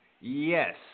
Yes